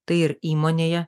tai ir įmonėje